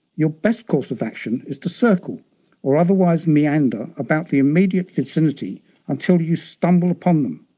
your best course of action is to circle or otherwise meander about the immediate vicinity until you stumble upon them.